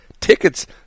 Tickets